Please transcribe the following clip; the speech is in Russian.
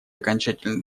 окончательный